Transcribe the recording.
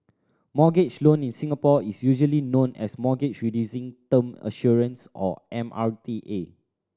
mortgage loan in Singapore is usually known as Mortgage Reducing Term Assurance or M R T A